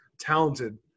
talented